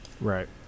Right